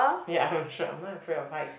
ya I'm sure I'm not afraid of heights